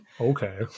Okay